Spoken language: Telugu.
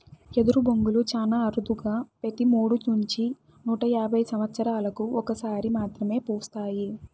ఎదరు బొంగులు చానా అరుదుగా పెతి మూడు నుంచి నూట యాభై సమత్సరాలకు ఒక సారి మాత్రమే పూస్తాయి